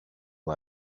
who